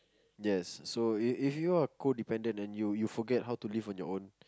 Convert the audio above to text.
yes so if if you are codependent and you forget how to live on your own